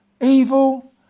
evil